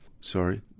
Sorry